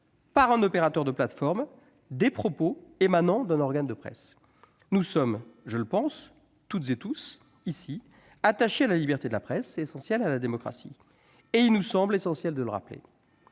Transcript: par un opérateur de plateforme, des propos émanant d'un organe de presse. Nous sommes, je le pense, toutes et tous, ici, attachés à la liberté de la presse, essentielle à la démocratie. Il nous semble primordial de le rappeler.